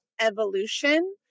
evolution